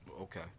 Okay